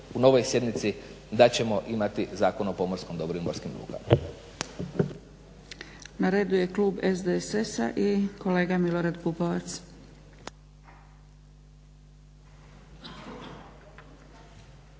u novoj sjednici da ćemo imati Zakon o pomorskom dobru i morskim vodama.